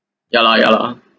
ya lah ya lah